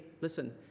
listen